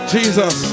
Jesus